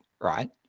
right